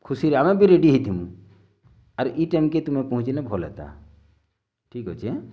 ଖୁସିରେ ଆମେ ବି ରେଡ଼ି ହେଇଥିମୁଁ ଆର୍ ଇ ଟାଇମ୍କେ ତୁମେ ପହଞ୍ଚିଲେ ଭଲ୍ ହେତା ଠିକ୍ ଅଛେଁ